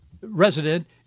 Resident